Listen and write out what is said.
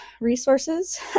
resources